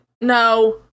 No